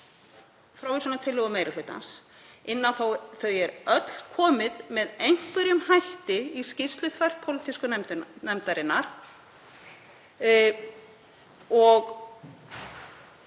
frávísunartillögu meiri hlutans, inn á þau er öll komið með einhverjum hætti í skýrslu þverpólitísku nefndarinnar.